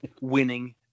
winning